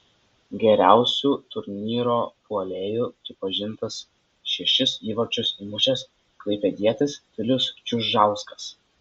geriausiu turnyro puolėju pripažintas šešis įvarčius įmušęs klaipėdietis vilius čiužauskas